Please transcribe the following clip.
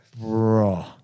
Bro